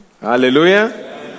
hallelujah